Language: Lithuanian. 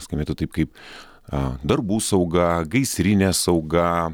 skambėtų taip kaip a darbų sauga gaisrinė sauga